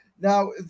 now